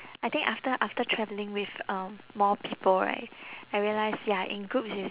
I think after after travelling with um more people right I realise ya in groups is